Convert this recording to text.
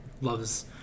loves